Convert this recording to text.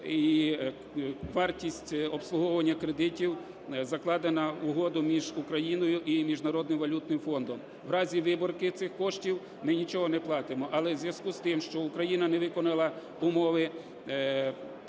і вартість обслуговування кредитів закладена в угоду між Україною і Міжнародним валютним фондом. В разі вибірки цих коштів ми нічого не платимо. Але в зв'язку з тим, що Україна не виконала умови перегляду